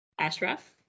ashraf